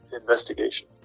investigation